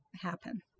happen